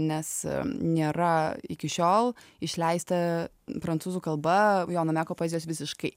nes nėra iki šiol išleista prancūzų kalba jono meko poezijos visiškai